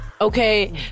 okay